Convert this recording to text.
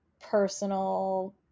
personal